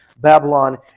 Babylon